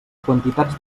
quantitats